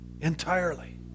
entirely